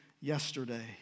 yesterday